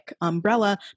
umbrella